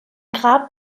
grab